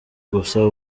gusa